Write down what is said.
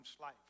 life